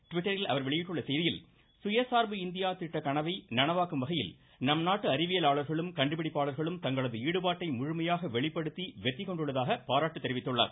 ட்விட்டரில் அவர் வெளியிட்டுள்ள செய்தியில் சுயசார்பு இந்தியா திட்ட நனவாக்கும்வகையில் கனவை நம் நாட்டு கண்டுபிடிப்பாளர்களும் தங்களது ஈடுபாட்டை முழுமையாக வெளிப்படுத்தி வெற்றி கொண்டுள்ளதாக பாராட்டு தெரிவித்துள்ளார்